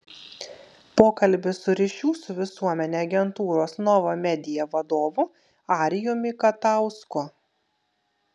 pokalbis su ryšių su visuomene agentūros nova media vadovu arijumi katausku